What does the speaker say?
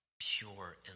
pure